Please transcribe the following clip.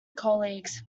colleagues